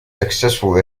successful